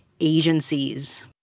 agencies